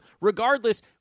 Regardless